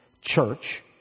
church